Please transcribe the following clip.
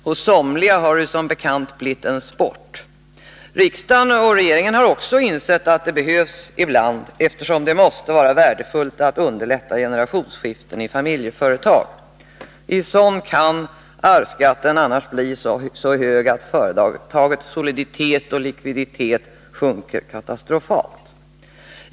Hos somliga har det ju som bekant blivit en ren sport. Riksdag och regering har också insett att det behövs ibland, eftersom det måste vara värdefullt att underlätta generationsskiften i familjeföretag. I sådana kan arvsskatten annars ibland bli så hög att företagets soliditet och likviditet sjunker katastrofalt.